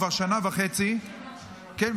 כבר שנה וחצי ------ כן,